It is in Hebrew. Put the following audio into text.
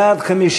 בעד,